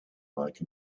like